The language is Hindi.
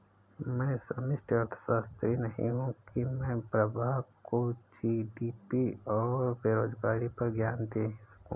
मैं समष्टि अर्थशास्त्री नहीं हूं की मैं प्रभा को जी.डी.पी और बेरोजगारी पर ज्ञान दे सकूं